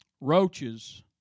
roaches